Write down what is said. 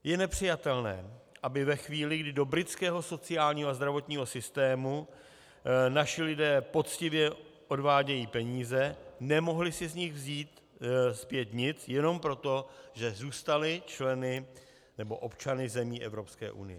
Je nepřijatelné, aby ve chvíli, kdy do britského sociálního a zdravotního systému naši lidé poctivě odvádějí peníze, nemohli si z nich vzít zpět nic jenom proto, že zůstali členy nebo občany zemí EU.